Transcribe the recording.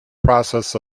process